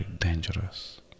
dangerous